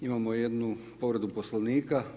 Imamo jednu povredu Poslovnika.